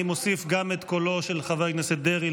אני מוסיף גם את קולו של חבר הכנסת דרעי